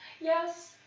Yes